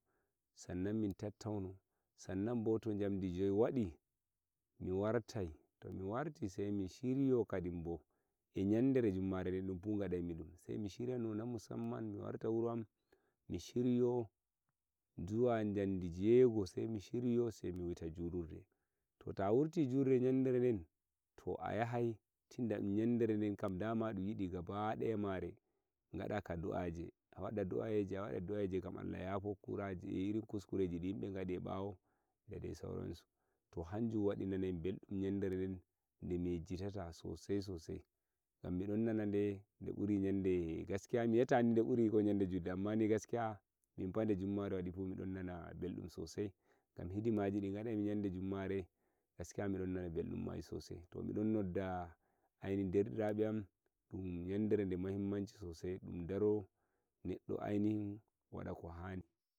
Sannan mi tattauno sannan sannan bo to njamdi joy wadi, e nyandere jummare ngadai min dun, dun pat nyande jummare min ngatta dum, mi shiryo zuwa njamdi jamdijey go'o sai mi shiryo sai wuita julurde to ta shiryake mi wuiti julurde, ta wuiti nyalderen to a yahai tunda e nyalderen dun yidu ngada ga do'ayeje a wada do'ayeje gam Allah yafo kuraji e iri kuskureji da dai sauransu nyaldere nden nde mi yejjitata sosai sosai ngam midon nana nde gaskiya mi wi'ata nde buri ko nyalde julde amma gaskiya minfa nde jummare wadi fu midon nana beldum sosai yo midon noddai ainihin nderdirabe am dum yandere nde muhimmanci sosai dun daro neddo ainihin wada ko hani.